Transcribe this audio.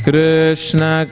Krishna